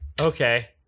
okay